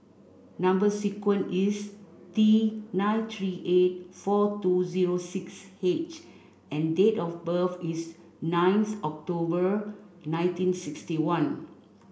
number sequence is T nine three eight four two zero six H and date of birth is ninth October nineteen sixty one